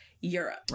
Europe